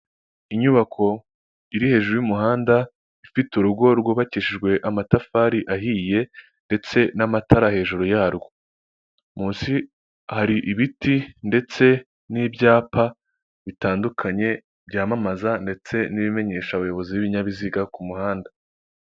Inyubako iri hejuru y'umuhanda ifite urugo rwubakishijwe amatafari ahiye ndetse n'amatara hejuru yarwo munsi hari ibiti ndetse n'ibyapa bitandukanye byamamaza ndetse n'ibimenyesha abayobozi b'ibinyabiziga ku muhanda.